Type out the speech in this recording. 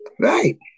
Right